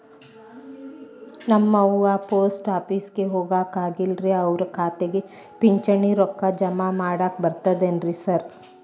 ನಮ್ ಅವ್ವ ಪೋಸ್ಟ್ ಆಫೇಸಿಗೆ ಹೋಗಾಕ ಆಗಲ್ರಿ ಅವ್ರ್ ಖಾತೆಗೆ ಪಿಂಚಣಿ ರೊಕ್ಕ ಜಮಾ ಮಾಡಾಕ ಬರ್ತಾದೇನ್ರಿ ಸಾರ್?